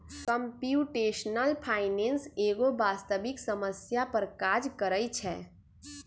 computational finance एगो वास्तविक समस्या पर काज करइ छै